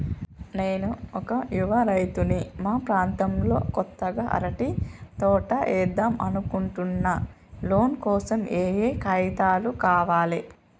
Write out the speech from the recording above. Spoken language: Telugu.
నేను ఒక యువ రైతుని మా ప్రాంతంలో కొత్తగా అరటి తోట ఏద్దం అనుకుంటున్నా లోన్ కోసం ఏం ఏం కాగితాలు కావాలే?